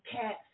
cats